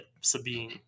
Sabine